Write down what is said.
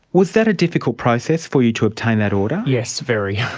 was that a difficult process, for you to obtain that order? yes, very.